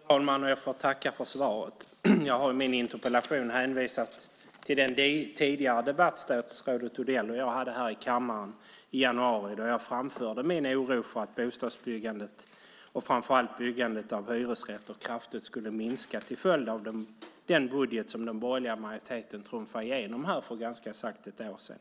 Fru talman! Jag får tacka för svaret. Jag har i min interpellation hänvisat till den tidigare debatt statsrådet Odell och jag hade här i kammaren i januari, då jag framförde min oro för att bostadsbyggandet och framför allt byggandet av hyresrätter kraftigt skulle minska till följd av den budget som den borgerliga majoriteten trumfade igenom här för ganska exakt ett år sedan.